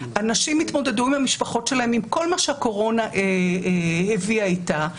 אנשים התמודדו עם המשפחות שלהם עם כל מה שהקורונה הביאה איתה,